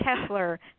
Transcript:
Kessler